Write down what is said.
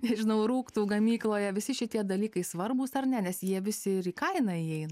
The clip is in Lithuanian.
nežinau rūktų gamykloje visi šitie dalykai svarbūs ar ne nes jie visi ir į kainą įeina